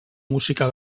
música